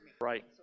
Right